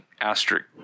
asterisk